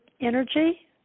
energy